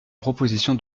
proposition